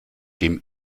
dem